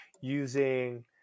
using